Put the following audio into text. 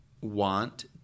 want